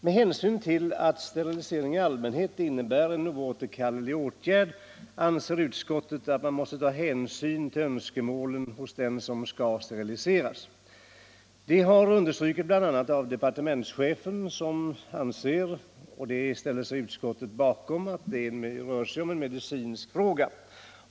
Med hänsyn till att sterilisering i allmänhet innebär en oåterkallelig åtgärd anser utskottet, att man måste beakta önskemålen hos den som skall steriliseras. Det har understrukits bl.a. av departementschefen, som anser — och utskottet ställer sig bakom denna uppfattning — att detta är en medicinsk fråga.